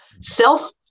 self